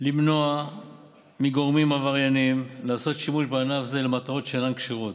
למנוע מגורמים עברייניים לעשות שימוש בענף זה למטרות שאינן כשרות.